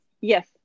Yes